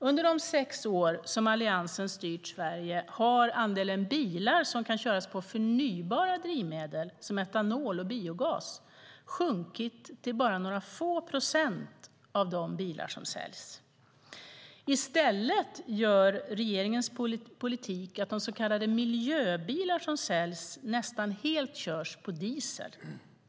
Under de sex år som Alliansen styrt Sverige har andelen bilar som kan köras på förnybara drivmedel, som etanol och biogas, minskat till bara några få procent av de bilar som säljs. I stället gör regeringens politik att de så kallade miljöbilar som säljs nästan helt körs på diesel.